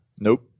Nope